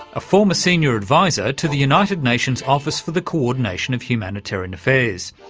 a former senior advisor to the united nations office for the coordination of humanitarian affairs.